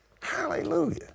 Hallelujah